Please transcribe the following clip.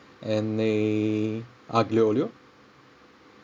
and a aglio-olio